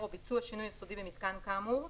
או ביצוע שינוי יסודי במיתקן כאמור,